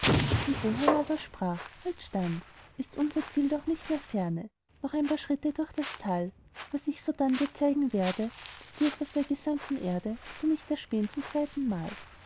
sein oheim aber sprach halt stand ist unser ziel doch nicht mehr ferne noch ein paar schritte durch das tal was ich sodann dir zeigen werde das wirst auf der gesamten erde du nicht erspähn zum zweitenmal